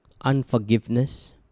unforgiveness